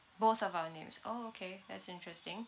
both of our names orh okay that's interesting